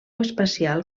espacial